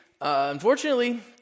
unfortunately